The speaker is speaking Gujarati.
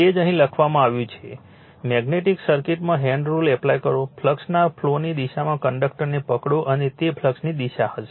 તે જ અહીં લખવામાં આવ્યું છે મેગ્નેટિક સર્કિટમાંથી હેન્ડ રુલ એપ્લાય કરો ફ્લક્સના ફ્લોની દિશામાં કંડક્ટરને પકડો અને તે ફ્લક્સની દિશા હશે